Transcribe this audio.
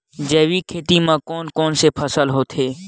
जैविक खेती म कोन कोन से फसल होथे?